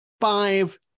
five